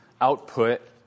output